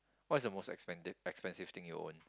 what is the most expensive expensive thing you own